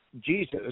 Jesus